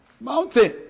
mountain